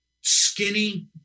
skinny